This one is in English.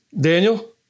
Daniel